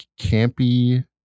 campy